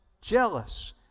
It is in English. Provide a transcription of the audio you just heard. jealous